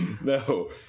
No